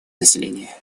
население